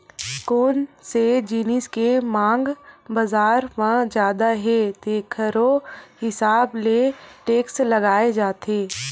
कोन से जिनिस के मांग बजार म जादा हे तेखरो हिसाब ले टेक्स लगाए जाथे